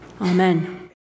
Amen